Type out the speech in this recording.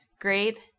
great